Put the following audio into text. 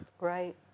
Right